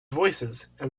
voicesand